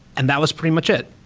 and that was pretty much it.